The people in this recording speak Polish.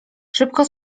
szybko